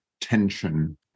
tension